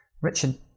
Richard